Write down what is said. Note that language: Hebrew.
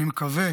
אני מקווה